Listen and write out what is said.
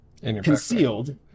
concealed